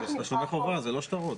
זה תשלומי חובה, זה לא שטרות.